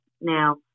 Now